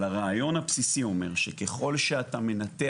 אבל הרעיון הבסיסי אומר שככל שאתה מנתח